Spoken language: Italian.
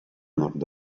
nord